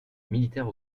militaire